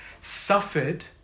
suffered